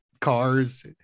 cars